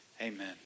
Amen